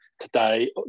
today